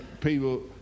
people